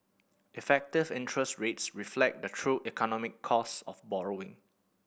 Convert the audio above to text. effective interest rates reflect the true economic cost of borrowing